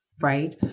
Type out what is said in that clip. Right